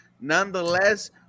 Nonetheless